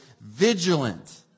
vigilant